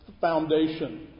foundation